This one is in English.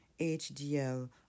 HDL